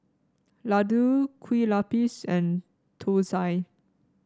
laddu Kue Lupis and thosai